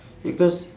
because